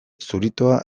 zuritoa